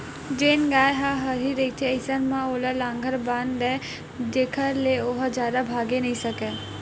जेन गाय ह हरही रहिथे अइसन म ओला लांहगर बांध दय जेखर ले ओहा जादा भागे नइ सकय